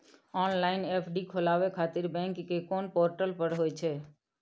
Online FD खोलाबय खातिर bank के कोन पोर्टल पर होए छै?